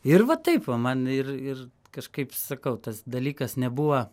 ir va taip va man ir ir kažkaip sakau tas dalykas nebuva